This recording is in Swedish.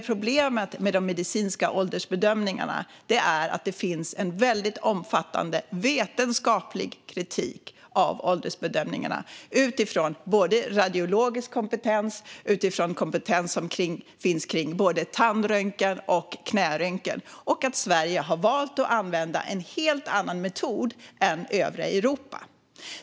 Problemet med de medicinska åldersbedömningarna är att det finns en väldigt omfattande vetenskaplig kritik mot dem utifrån radiologisk kompetens gällande tand och knäröntgen och för att Sverige har valt att använda en helt annan metod än övriga Europa.